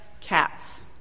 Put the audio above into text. cats